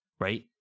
right